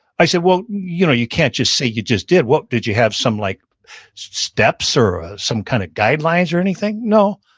i said well, you know you can't just say you just did. did you have some like steps or or some kind of guidelines or anything? no,